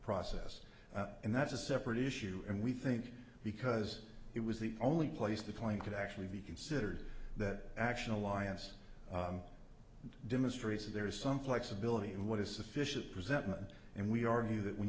process and that's a separate issue and we think because it was the only place the coin could actually be considered that action alliance demonstrates that there is some flexibility in what is sufficient presentment and we argue that when